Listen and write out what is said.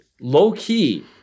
low-key